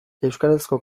euskarazko